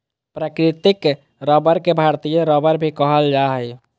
प्राकृतिक रबर के भारतीय रबर भी कहल जा हइ